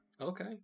Okay